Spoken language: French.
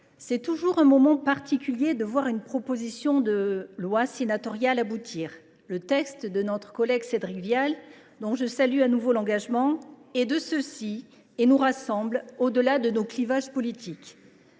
c’est toujours un moment particulier que celui où l’on voit une proposition de loi sénatoriale aboutir. Le texte de notre collègue Cédric Vial, dont je salue de nouveau l’engagement, est de cette espèce ; il nous rassemble au delà de nos clivages politiques.